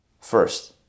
First